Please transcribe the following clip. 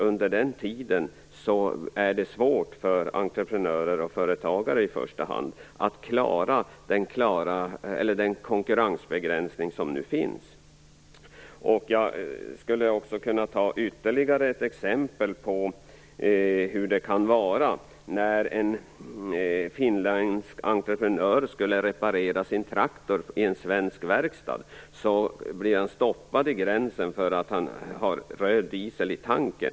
Under den tiden är det svårt för i första hand entreprenörer och företagare att klara den konkurrensbegränsning som nu finns. Jag skulle kunna ta fram ytterligare ett exempel på hur det kan vara. När en finländsk entreprenör skulle reparera sin traktor i en svensk verkstad, blev han stoppad vid gränsen för att han hade röd diesel i tanke.